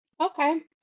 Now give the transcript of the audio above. Okay